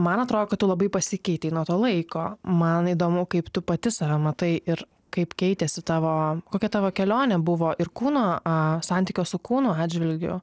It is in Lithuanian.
man atrodo kad tu labai pasikeitei nuo to laiko man įdomu kaip tu pati save matai ir kaip keitėsi tavo kokia tavo kelionė buvo ir kūno a santykio su kūnu atžvilgiu